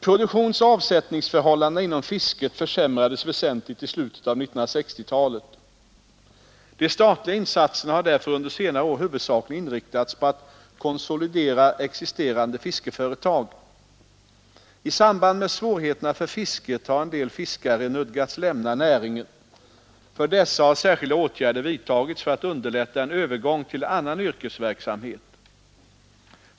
Produktionsoch avsättningsförhållandena inom fisket försämrades väsentligt i slutet av 1960-talet. De statliga insatserna har därför under senare år huvudsakligen inriktats på att konsolidera existerande fiskeföretag. I samband med svårigheterna för fisket har en del fiskare nödgats lämna näringen. För dessa har särskilda åtgärder vidtagits för att underlätta en övergång till annan yrkesverksamhet.